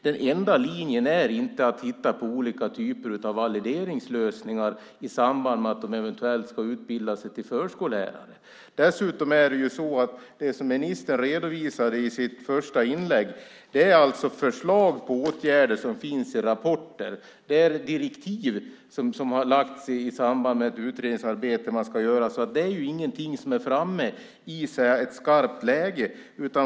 Den enda linjen är inte att titta på olika typer av valideringslösningar i samband med att de eventuellt ska utbilda sig till förskollärare. Det som ministern redovisade i sitt första inlägg är alltså förslag på åtgärder som finns i rapporter. Det är direktiv i samband med utredningsarbete. Det är ingenting som är framme i ett skarpt läge.